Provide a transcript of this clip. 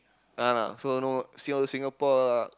uh no so no see all the Singapore lah